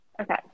Okay